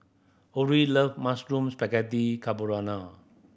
Orrie love Mushroom Spaghetti Carbonara